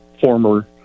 former